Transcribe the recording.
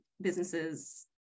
Businesses